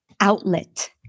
outlet